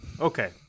Okay